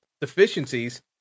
deficiencies